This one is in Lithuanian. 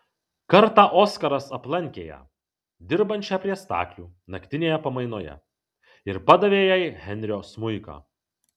kartą oskaras aplankė ją dirbančią prie staklių naktinėje pamainoje ir padavė jai henrio smuiką